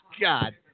God